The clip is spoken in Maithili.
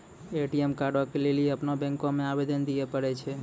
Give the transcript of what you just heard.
ए.टी.एम कार्डो के लेली अपनो बैंको मे आवेदन दिये पड़ै छै